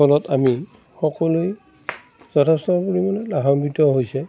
ফলত আমি সকলোৱে যথেষ্টখিনি লাভৱান্বিত হৈছো